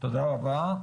תודה רבה.